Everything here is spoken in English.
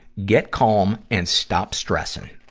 get calm and stop stressing.